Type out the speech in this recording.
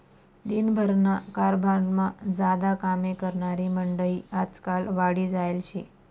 दिन भरना कारभारमा ज्यादा कामे करनारी मंडयी आजकाल वाढी जायेल शे